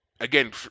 again